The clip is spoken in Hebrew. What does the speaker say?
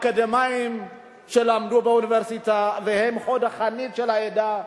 אקדמאים שלמדו באוניברסיטה והם חוד החנית של העדה,